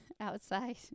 outside